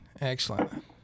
Excellent